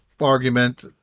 argument